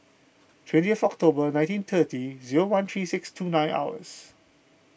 twentieth October nineteen thirty zero one three six two nine hours